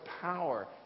power